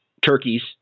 turkeys